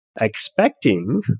expecting